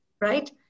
right